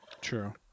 True